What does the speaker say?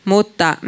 Mutta